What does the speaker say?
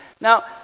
Now